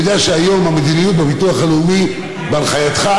אני יודע שהיום המדיניות בביטוח הלאומי בהנחייתך